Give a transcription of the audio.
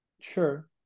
Sure